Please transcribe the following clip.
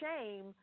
shame